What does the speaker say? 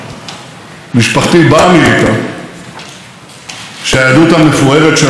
שהיהדות המפוארת שלה הצמיחה גדולי תורה ורוח עצומים,